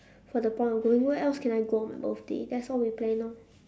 for the point of going where else can I go on my birthday that's all we plan orh